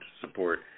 support